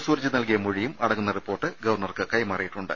സൂരജ് നൽകിയ മൊഴിയും അടങ്ങുന്ന റിപ്പോർട്ട് ഗവർണർക്ക് കൈമാറിയിട്ടുണ്ട്